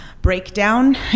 Breakdown